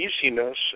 easiness